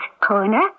Corner